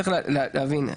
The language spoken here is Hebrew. צריך להבין,